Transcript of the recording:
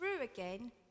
again